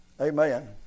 Amen